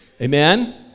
Amen